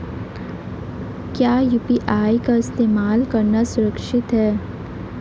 क्या यू.पी.आई का इस्तेमाल करना सुरक्षित है?